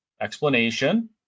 explanation